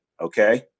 okay